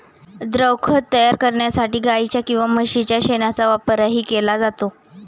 द्रवखत तयार करण्यासाठी गाईच्या किंवा म्हशीच्या शेणाचा वापरही केला जातो